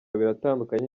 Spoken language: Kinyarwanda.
biratandukanye